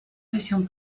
visión